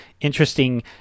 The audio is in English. interesting